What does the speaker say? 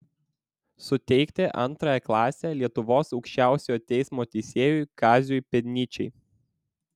suteikti antrąją klasę lietuvos aukščiausiojo teismo teisėjui kaziui pėdnyčiai